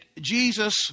Jesus